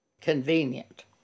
convenient